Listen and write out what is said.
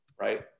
right